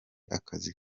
akazi